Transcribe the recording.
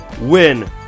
win